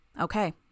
Okay